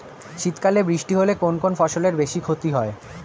শীত কালে বৃষ্টি হলে কোন কোন ফসলের বেশি ক্ষতি হয়?